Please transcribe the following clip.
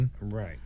right